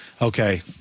okay